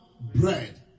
bread